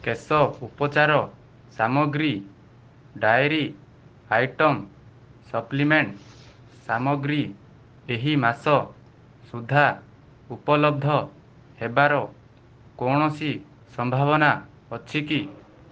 କେଶ ଉପଚାର ସାମଗ୍ରୀ ଡାଏରୀ ଆଇଟମ୍ ସପ୍ଲିମେଣ୍ଟ୍ ସାମଗ୍ରୀ ଏହି ମାସ ସୁଦ୍ଧା ଉପଲବ୍ଧ ହେବାର କୌଣସି ସମ୍ଭାବନା ଅଛି କି